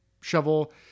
shovel